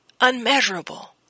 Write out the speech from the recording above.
unmeasurable